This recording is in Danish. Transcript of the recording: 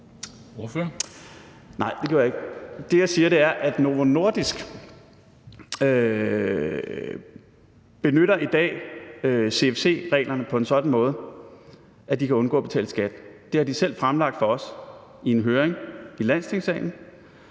Lund (EL): Nej, det gjorde jeg ikke. Det, jeg siger, er, at Novo Nordisk i dag benytter CFC-reglerne på en sådan måde, at de kan undgå at betale skat. Det har de selv fremlagt for os i en høring i Landstingssalen,